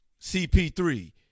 CP3